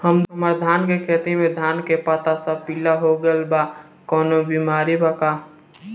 हमर धान के खेती में धान के पता सब पीला हो गेल बा कवनों बिमारी बा का?